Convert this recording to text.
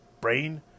Brain